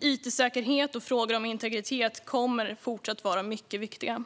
It-säkerhet och frågor om integritet kommer fortsatt att vara mycket viktiga.